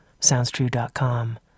SoundsTrue.com